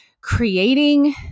creating